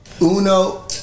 Uno